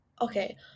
okay